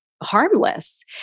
harmless